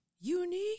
unique